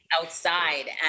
outside